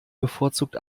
bevorzugt